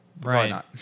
right